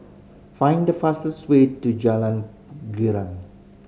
find the fastest way to Jalan Girang